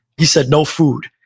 he said, no food.